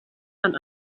man